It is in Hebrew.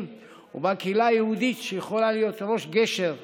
ושבה קהילה יהודית שיכולה להיות ראש גשר לשלום.